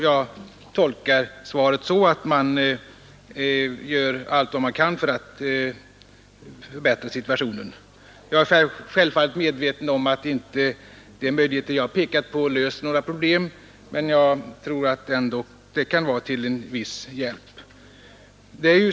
Jag tolkar svaret så, att man gör allt vad man kan för att förbättra situationen. Självfallet är jag medveten om att de möjligheter jag pekat på inte helt löser några problem, men jag tror ändå att de kan vara till en viss hjälp.